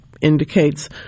indicates